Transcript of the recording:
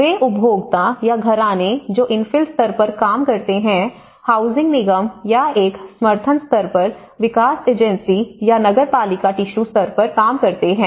वे उपभोक्ता या घराने जो इनफिल स्तर पर काम करते हैं हाउसिंग निगम या एक समर्थन स्तर पर विकास एजेंसी या नगर पालिका टिशू स्तर पर काम करते हैं